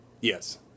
Yes